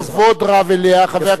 יש לי כבוד רב אליה, חבר הכנסת.